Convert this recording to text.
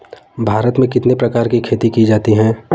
भारत में कितने प्रकार की खेती की जाती हैं?